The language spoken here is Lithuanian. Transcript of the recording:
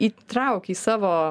įtrauk į savo